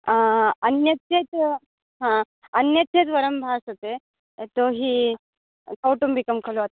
अन्यत् चेत् हा अन्यत् चेत् वरं भासते यतो हि कौटुम्बिकं खलु